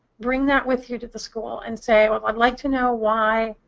bring that with you to the school, and say, well, i'd like to know why